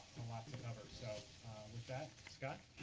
lot to cover. so with that, scott.